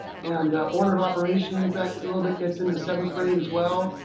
and order of operations, that a little bit gets into seventh grade as well.